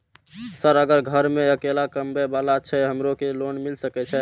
Sir अगर घर में अकेला कमबे वाला छे हमरो के लोन मिल सके छे?